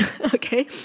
okay